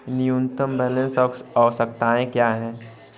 न्यूनतम बैलेंस आवश्यकताएं क्या हैं?